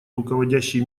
руководящей